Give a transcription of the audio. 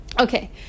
okay